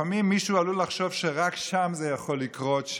לפעמים מישהו עלול לחשוב שרק שם זה יכול לקרות,